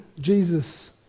Jesus